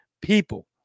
people